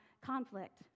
conflict